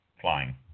flying